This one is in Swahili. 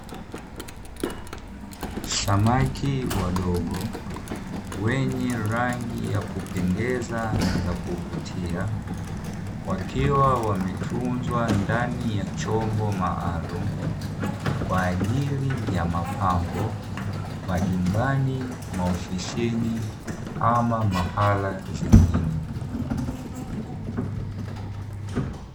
Samaki wadogo wenye rangi ya kupendeza na za kuvutia wakiwa wametunzwa ndani ya chombo maalumu kwa ajili ya mapambo majumbani, maofisini ama mahala zingine.